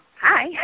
hi